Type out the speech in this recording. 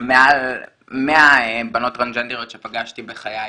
מעל 100 בנות טרנסג'נדריות שפגשתי בחיי,